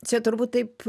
čia turbūt taip